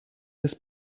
his